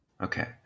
Okay